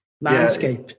landscape